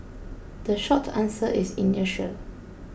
the short answer is inertia